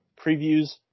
previews